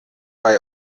bei